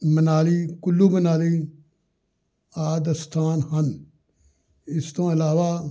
ਮਨਾਲੀ ਕੁੱਲੂ ਮਨਾਲੀ ਆਦਿ ਸਥਾਨ ਹਨ ਇਸ ਤੋਂ ਇਲਾਵਾ